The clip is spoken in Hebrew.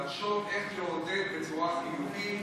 תחשוב איך לעודד בצורה חיובית,